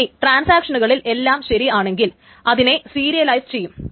ഇനി ട്രാൻസാക്ഷനുകളിൽ എല്ലാം ശരിയാണെങ്കിൽ അതിനെ സീരിയലയിസ് ചെയ്യും